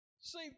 See